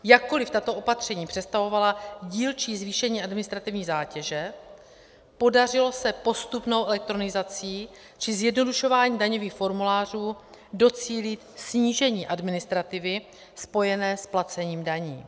Jakkoliv tato opatření představovala dílčí zvýšení administrativní zátěže, podařilo se postupnou elektronizací či zjednodušováním daňových formulářů docílit snížení administrativy spojené s placením daní.